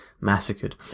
massacred